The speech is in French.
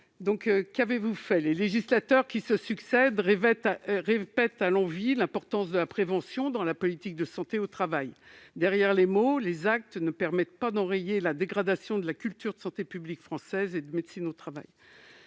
contre cette pénurie. Les législateurs qui se succèdent répètent à l'envi l'importance de la prévention dans la politique de santé au travail. Derrière les mots, les actes ne permettent pas d'enrayer la dégradation de la culture française de santé publique, en particulier dans la médecine du travail.